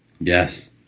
yes